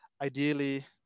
Ideally